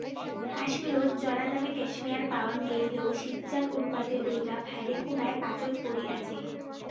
কাশ্মীরত চরাদামে ক্যাশমেয়ার পাওয়াং গেইলেও সিজ্জার অনুপাতে ঐলা ভালেকুনায় পাচোত পরি আচে